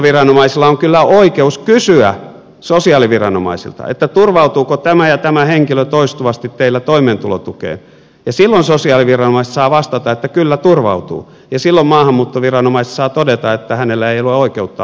maahanmuuttoviranomaisilla on kyllä oikeus kysyä sosiaaliviranomaisilta turvautuuko tämä ja tämä henkilö toistuvasti teillä toimeentulotukeen ja silloin sosiaaliviranomaiset saavat vastata että kyllä turvautuu ja silloin maahanmuuttoviranomaiset saavat todeta että hänellä ei ole oikeutta olla suomessa